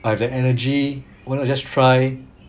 I have the energy why not just try